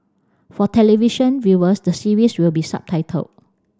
for television viewers the series will be subtitled